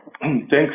Thanks